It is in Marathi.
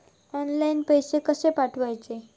ऑनलाइन पैसे कशे पाठवचे?